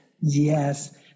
Yes